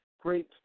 great